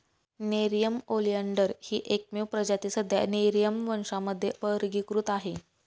Nerium oleander ही एकमेव प्रजाती सध्या नेरिअम वंशामध्ये वर्गीकृत आहे